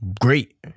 Great